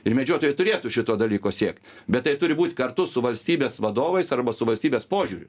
ir medžiotojai turėtų šito dalyko siekt bet tai turi būt kartu su valstybės vadovais arba su valstybės požiūriu